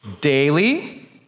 Daily